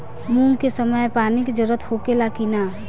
मूंग के समय मे पानी के जरूरत होखे ला कि ना?